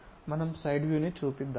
మనం side view చూపించాము